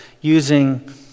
using